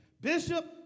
Bishop